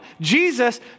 Jesus